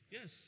Yes